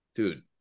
Dude